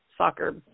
soccer